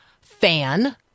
fan